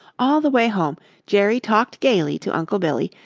all the way home jerry talked gaily to uncle billy,